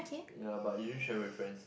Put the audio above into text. yea but usually went with friends